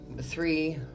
three